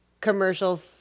commercial